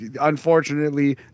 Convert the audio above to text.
Unfortunately